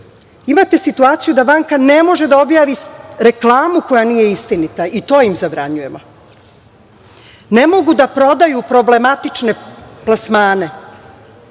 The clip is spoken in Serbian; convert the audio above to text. situaciju da banka ne može da objavi reklamu koja nije istinita. I to im zabranjujemo. Ne mogu da prodaju problematične plasmane,